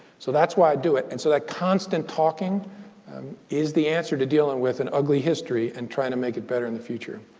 so that's why i do it. and so that constant talking is the answer to dealing with an ugly history and trying to make it better in the future.